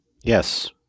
Yes